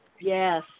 Yes